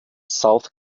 south